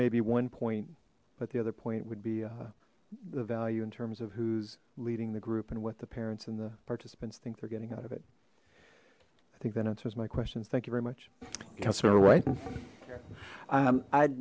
may be one point but the other point would be the value in terms of who's leading the group and what the parents and the participants think they're getting out of it i think that answers my questions thank you very much